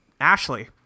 Ashley